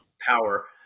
power